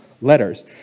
letters